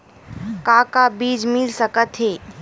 का का बीज मिल सकत हे?